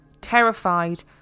Terrified